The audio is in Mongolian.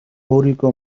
өөрийгөө